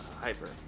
Hyper